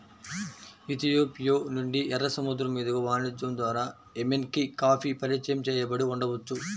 Ethiopia నుండి, ఎర్ర సముద్రం మీదుగా వాణిజ్యం ద్వారా ఎమెన్కి కాఫీ పరిచయం చేయబడి ఉండవచ్చు